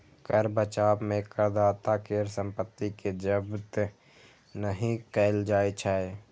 कर बचाव मे करदाता केर संपत्ति कें जब्त नहि कैल जाइ छै